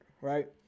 right